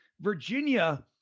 Virginia